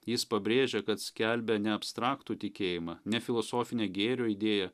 jis pabrėžia kad skelbia ne abstraktų tikėjimą ne filosofinę gėrio idėją